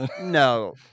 no